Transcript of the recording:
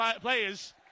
players